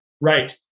Right